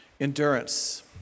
endurance